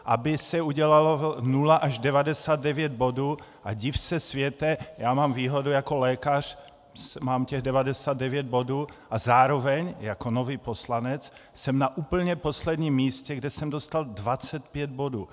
Aby se udělalo 0 až 99 bodů, a div se světe, já mám výhodu, jako lékař mám těch 99 bodů a zároveň jako nový poslanec jsem na úplně posledním místě, kde jsem dostal 25 bodů.